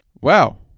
Wow